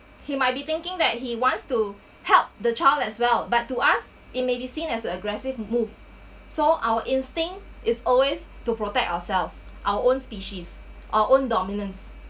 he might be thinking that he wants to help the child as well but to us it may be seen as aggressive move so our instinct is always to protect ourselves our own species our own dominance